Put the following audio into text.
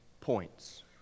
points